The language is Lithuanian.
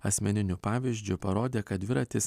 asmeniniu pavyzdžiu parodė kad dviratis